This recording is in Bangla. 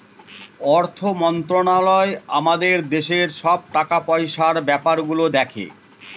অর্থ মন্ত্রালয় আমাদের দেশের সব টাকা পয়সার ব্যাপার গুলো দেখে